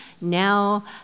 now